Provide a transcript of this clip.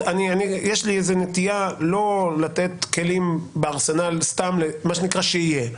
יש לי איזו נטייה לא לתת כלים לארסנל בשביל מה שנקרא "סתם שיהיה",